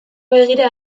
begira